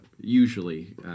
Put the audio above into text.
usually